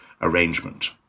arrangement